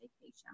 vacation